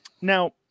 Now